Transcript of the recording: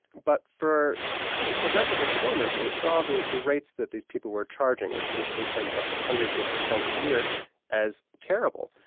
but for progressive reformers they saw the the rates that these people were charging, which was sometimes up to hundreds of percent a year as terrible,